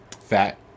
fat